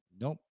nope